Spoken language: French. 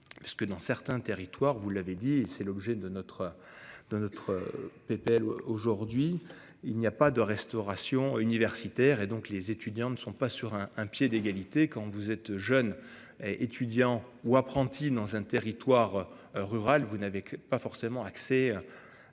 que dans certains territoires, vous l'avez dit, c'est l'objet de notre de notre PPL aujourd'hui il n'y a pas de restauration universitaire et donc les étudiants ne sont pas sur un, un pied d'égalité. Quand vous êtes jeune. Étudiant ou apprenti dans un territoire. Rural. Vous n'avez pas forcément accès.